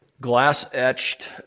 glass-etched